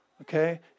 Okay